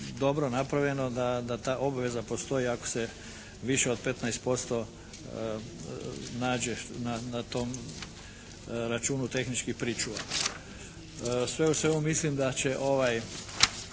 dobro napravljeno da ta obveza ako postoji ako se više od 15% nađe na tom računu tehnički pričuva. Sve u svemu mislim da će ovaj